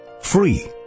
free